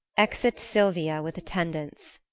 exit silvia with attendants